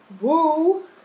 Woo